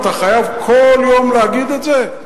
אתה חייב כל יום להגיד את זה?